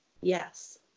yes